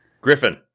Griffin